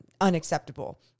Unacceptable